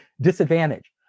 disadvantage